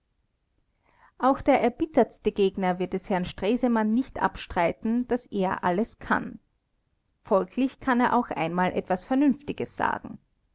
auch der erbittertste gegner wird es herrn stresemann nicht abstreiten daß er alles kann folglich kann er auch einmal etwas vernünftiges sagen